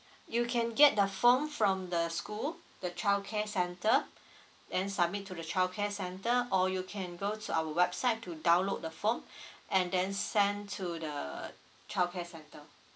you can get the form from the school the childcare centre and submit to the childcare centre or you can go to our website to download the form and then send to the childcare centre